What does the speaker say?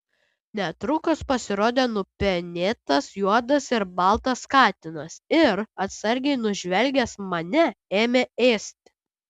netrukus pasirodė nupenėtas juodas ir baltas katinas ir atsargiai nužvelgęs mane ėmė ėsti